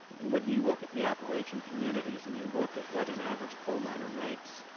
and when you look at the appalachian communities and you look at what an average coal miner makes,